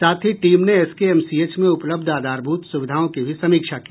साथ ही टीम ने एसकेएमसीएच में उपलब्ध आधारभूत सुविधाओं की भी समीक्षा की